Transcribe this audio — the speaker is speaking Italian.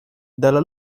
dalla